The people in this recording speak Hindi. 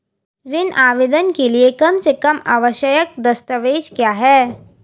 ऋण आवेदन के लिए कम से कम आवश्यक दस्तावेज़ क्या हैं?